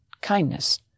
Kindness